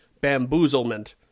bamboozlement